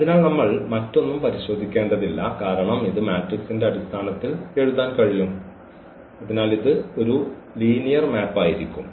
അതിനാൽ നമ്മൾ മറ്റൊന്നും പരിശോധിക്കേണ്ടതില്ല കാരണം ഇത് മാട്രിക്സിന്റെ അടിസ്ഥാനത്തിൽ എഴുതാൻ കഴിയും അതിനാൽ ഇത് ഒരു ലീനിയർ മാപ്പായിരിക്കു